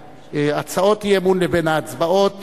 יותר נרחבים אומר בין הצעות האי-אמון לבין ההצבעות,